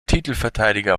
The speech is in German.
titelverteidiger